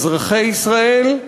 אזרחי ישראל,